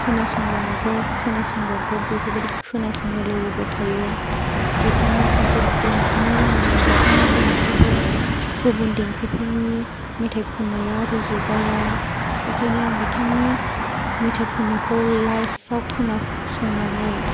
खोनासंबावगौ खोनासंबावगौ बेफोरबायदि खोनासंनो लुबैबाय थायो बिथाङा सासे देंखोनि रानि बिथांनि देंखोजों गुबुन देंखोफोरनि मेथाइ खननाया रुजुजाया बेनिखायनो आं बिथांनि मेथाइ खननायखौ लाइफ आव खोनासंनानै